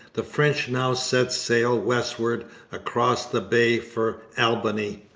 the french now set sail westward across the bay for albany,